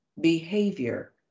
behavior